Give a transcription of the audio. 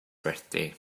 birthday